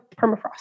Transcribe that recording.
permafrost